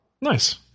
nice